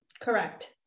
Correct